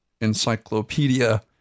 encyclopedia